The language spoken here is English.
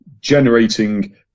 generating